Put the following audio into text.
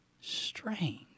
strange